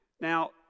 Now